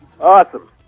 Awesome